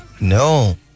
No